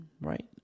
right